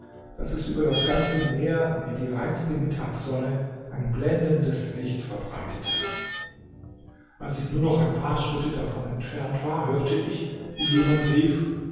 daß es über das ganze meer wie die reinste mittagssonne ein blendendes licht verbreitete als ich nur noch ein paar schritte davon entfernt war hörte ich wie jemand rief